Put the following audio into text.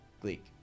Gleek